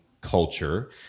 culture